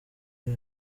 ari